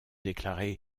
déclarer